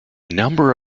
number